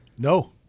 No